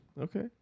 Okay